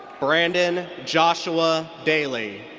brandon joshua daley.